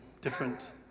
different